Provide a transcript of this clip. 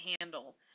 handle